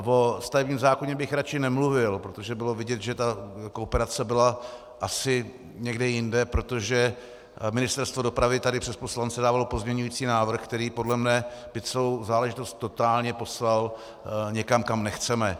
O ústavním zákoně bych radši nemluvil, protože bylo vidět, že ta kooperace byla asi někde jinde, protože Ministerstvo dopravy tady přes poslance dávalo pozměňující návrh, který podle mě by celou záležitost totálně poslal někam, kam nechceme.